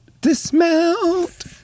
Dismount